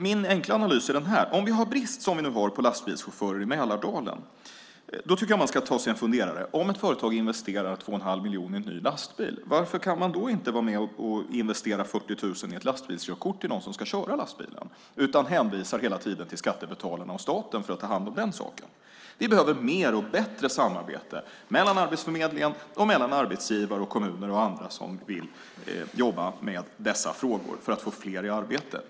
Min enkla analys är den här: Om vi har brist som vi nu har på lastbilschaufförer i Mälardalen ska man ta sig följande funderare. Om ett företag investerar 2 1⁄2 miljon i en ny lastbil, varför kan man då inte investera 40 000 i ett lastbilskörkort till dem som ska köra lastbilen i stället för att hela tiden hänvisa till skattebetalarna och staten för att ta hand om den saken? Vi behöver mer och bättre samarbete mellan Arbetsförmedlingen och arbetsgivare, kommuner och andra som vill jobba med dessa frågor för att få fler i arbete.